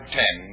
ten